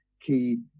key